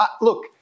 look